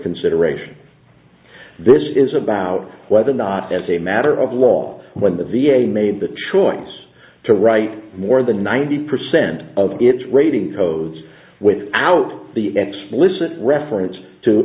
consideration this is about whether or not as a matter of law when the v a made the choice to write more than ninety percent of its rating codes without the explicit reference to